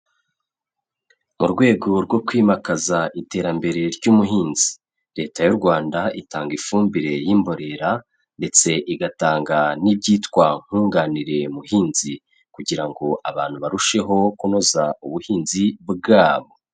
Mu rwego rwo kwimakaza iterambere ry'umuhinzi, Leta y'u Rwanda itanga ifumbire y'imborera ndetse igatanga n'ibyitwa nkunganire muhinzi kugira ngo abantu barusheho kunoza ubuhinzi bwabo.